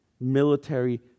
military